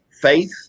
faith